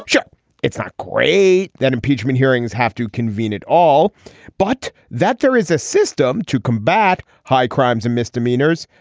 sure it's not great that impeachment hearings have to convene at all but that there is a system to combat high crimes and misdemeanors.